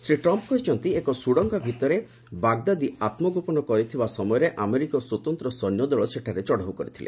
Shri Trump କହିଛନ୍ତି ଏକ ସୁଡ଼ଙ୍ଗ ଭିତରେ ବାଗଦାଦୀ ଆତ୍କଗୋପନ କରିଥିବା ସମୟରେ ଆମେରିକୀୟ ସ୍ୱତନ୍ତ୍ର ସୈନ୍ୟଦଳ ସେଠାରେ ଚଢ଼ଉ କରିଥିଲେ